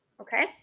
okay